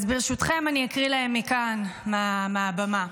אז ברשותכם, אקריא להם מכאן, מהבמה.